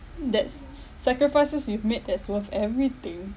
that's sacrifices you've made that's worth everything